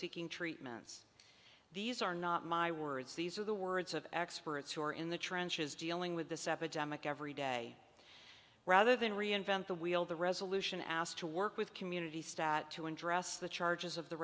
seeking treatments these are not my words these are the words of experts who are in the trenches dealing with this epidemic every day rather than reinvent the wheel the resolution asked to work with community stat to address the charges of the